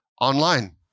online